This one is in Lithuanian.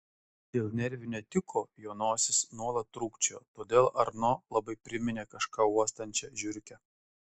dėl nervinio tiko jo nosis nuolat trūkčiojo todėl arno labai priminė kažką uostančią žiurkę